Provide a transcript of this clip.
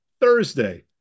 Thursday